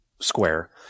Square